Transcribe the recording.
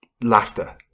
laughter